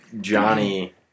Johnny